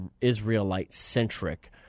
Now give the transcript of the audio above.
Israelite-centric